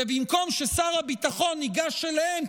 ובמקום ששר הביטחון ייגש אליהם,